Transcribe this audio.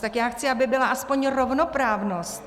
Tak já chci, aby byla aspoň rovnoprávnost.